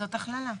זאת הכללה.